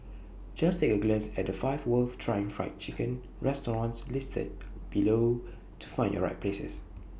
just take A glance at the five worth trying Fried Chicken restaurants listed below to find your right places